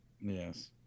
Yes